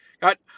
Got